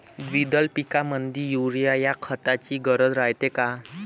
द्विदल पिकामंदी युरीया या खताची गरज रायते का?